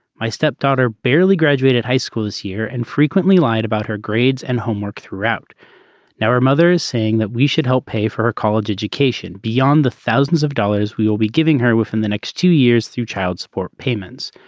my step daughter barely graduated high school this year and frequently lied about her grades and homework. throughout now her mother is saying that we should help pay for her college education beyond the thousands of dollars we will be giving her within the next two years through child support payments.